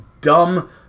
dumb